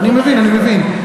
אני מבין, אני מבין.